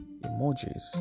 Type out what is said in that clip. emojis